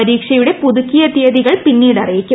പരീക്ഷയുടെ പുതുക്കിയ തീയതികൾ പിന്നീട് അറിയിക്കും